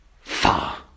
Far